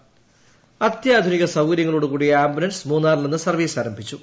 ambulance അത്യാധുനിക സൌകര്യങ്ങളോടുകൂടിയ ambulance മൂന്നാറിൽനിന്ന് സർവീസ് ആരംഭിച്ചു